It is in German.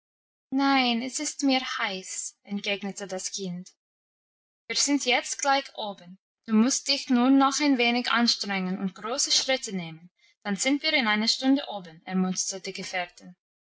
nein es ist mir heiß entgegnete das kind wir sind jetzt gleich oben du musst dich nur noch ein wenig anstrengen und große schritte nehmen dann sind wir in einer stunde oben ermunterte die gefährtin